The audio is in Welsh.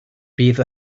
bydd